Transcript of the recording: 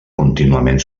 contínuament